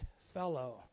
fellow